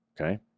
okay